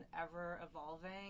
ever-evolving